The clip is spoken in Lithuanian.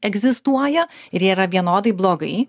egzistuoja ir jie yra vienodai blogai